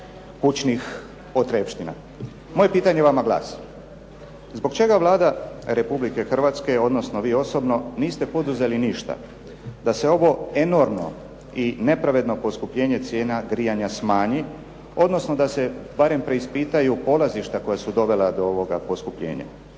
kućnih potrepština. Moje pitanje vama glasi zbog čega Vlada Republike Hrvatske, odnosno vi osobno niste poduzeli ništa da se ovo enormno i nepravedno poskupljenje cijena grijanja smanji, odnosno da se barem preispitaju polazišta koja su dovela do ovoga poskupljenja?